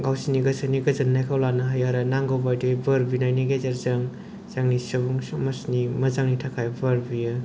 गावसिनि गोसोनि गोजोननायखौ लानो हायो आरो नांगौ बादियै बोर बिनायनि गेजेरजों जोंनि सुबुं समाजनि मोजांनि थाखाय बोर बियो